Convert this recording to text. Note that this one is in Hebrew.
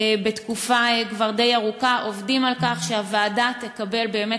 כבר תקופה די ארוכה עובדים על כך שהוועדה תקבל באמת